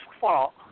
fault